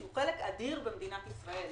שהוא חלק אדיר במדינת ישראל.